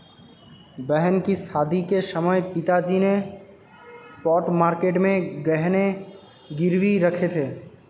बहन की शादी के समय पिताजी ने स्पॉट मार्केट में गहने गिरवी रखे थे